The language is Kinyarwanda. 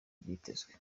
byitezwe